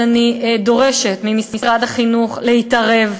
אני דורשת ממשרד החינוך להתערב,